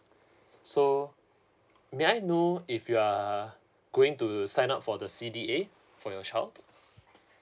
so may I know if you are going to sign up for the C_D_A for your child